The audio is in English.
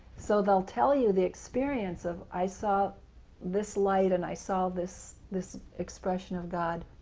so they will tell you the experience of, i saw this light and i saw this this expression of god,